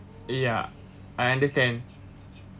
ya I understand